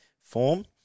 form